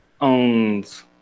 owns